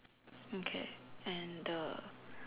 okay and the